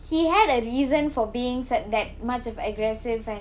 he had a reason for being such that much of aggressive and